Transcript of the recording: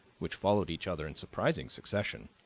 which followed each other in surprising succession,